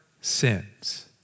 sins